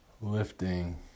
lifting